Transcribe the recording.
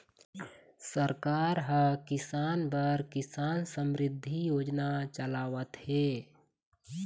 सरकार ह किसान बर किसान समरिद्धि योजना चलावत हे